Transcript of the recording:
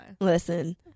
Listen